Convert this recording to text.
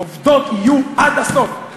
העובדות יהיו עד הסוף.